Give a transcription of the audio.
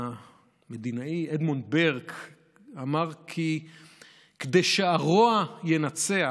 המדינאי אדמונד ברק אמר: "כדי שהרוע ינצח